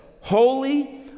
Holy